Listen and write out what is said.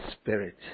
Spirit